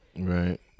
Right